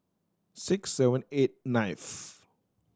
six seven eight ninth